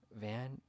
Van